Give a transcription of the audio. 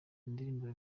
indirimbo